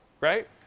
Right